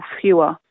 fewer